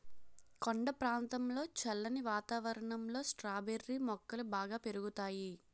కొండ ప్రాంతంలో చల్లని వాతావరణంలో స్ట్రాబెర్రీ మొక్కలు బాగా పెరుగుతాయి